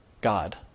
God